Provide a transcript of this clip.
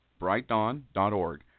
brightdawn.org